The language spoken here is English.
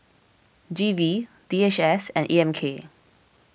G V D H S and E M K